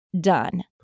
done